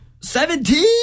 Seventeen